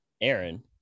Aaron